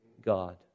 God